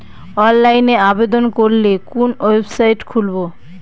অনলাইনে আবেদন করলে কোন ওয়েবসাইট খুলব?